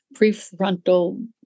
prefrontal